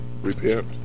repent